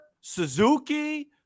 Suzuki